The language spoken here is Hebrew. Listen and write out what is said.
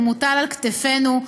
והוא מוטל על כתפינו,